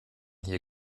hier